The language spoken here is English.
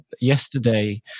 yesterday